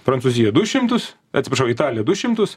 prancūzija du šimtus atsiprašau italija du šimtus